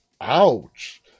Ouch